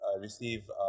receive